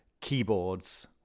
keyboards